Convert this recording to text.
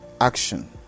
action